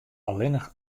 allinnich